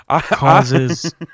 causes